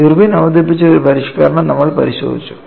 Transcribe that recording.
Irwin അവതരിപ്പിച്ച ഒരു പരിഷ്ക്കരണം നമ്മൾ പരിശോധിച്ചു